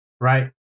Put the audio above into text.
Right